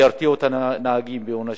שירתיעו את הנהגים בעונשים,